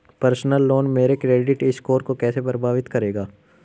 Personal loan मेरे credit score को कैसे प्रभावित करेगा?